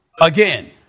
Again